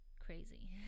crazy